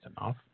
enough